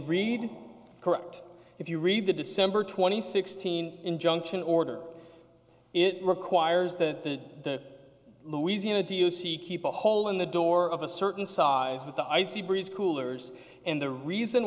read correct if you read the december twenty sixth teen injunction order it requires that louisiana do you see keep a hole in the door of a certain size with the icy breeze coolers and the reason